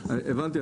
הבנתי.